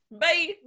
Bye